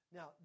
Now